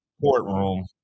courtroom